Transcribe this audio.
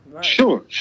sure